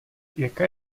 jaká